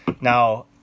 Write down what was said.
Now